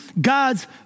God's